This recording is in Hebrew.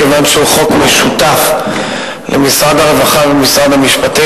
כיוון שהוא חוק משותף למשרד הרווחה ולמשרד המשפטים.